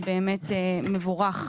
זה באמת מבורך.